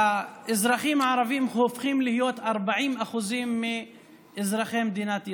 האזרחים הערבים הופכים להיות 40% מאזרחי מדינת ישראל,